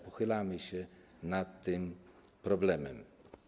Pochylamy się nad tym problemem.